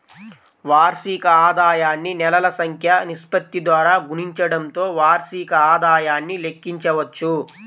వార్షిక ఆదాయాన్ని నెలల సంఖ్య నిష్పత్తి ద్వారా గుణించడంతో వార్షిక ఆదాయాన్ని లెక్కించవచ్చు